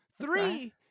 Three